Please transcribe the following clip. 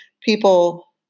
people